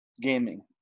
gaming